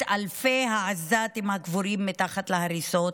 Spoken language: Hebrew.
את אלפי העזתים הקבורים מתחת להריסות,